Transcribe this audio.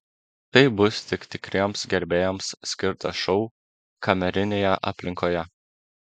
tai bus tik tikriems gerbėjams skirtas šou kamerinėje aplinkoje